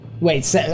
wait